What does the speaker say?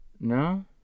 No